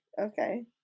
okay